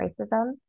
racism